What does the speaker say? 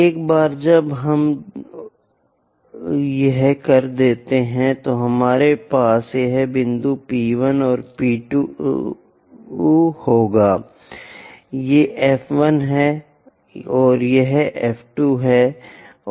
एक बार जब हम हो जाएंगे तो हमारे पास यह बिंदु P 1 और P 1 होगा ये F 1 हैं और यह F 2 है और यह F 2 भी है और यह F 1 है